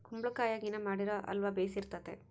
ಕುಂಬಳಕಾಯಗಿನ ಮಾಡಿರೊ ಅಲ್ವ ಬೆರ್ಸಿತತೆ